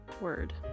word